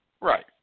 Right